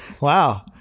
Wow